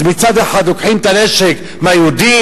אז מצד אחד לוקחים את הנשק מהיהודים,